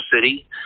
city